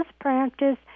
practice